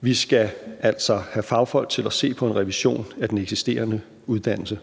Vi skal altså have fagfolk til at se på en revision af den eksisterende uddannelse.